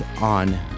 on